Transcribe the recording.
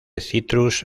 citrus